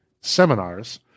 seminars